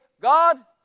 God